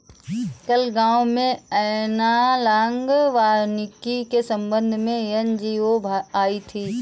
कल गांव में एनालॉग वानिकी के संबंध में एन.जी.ओ आई थी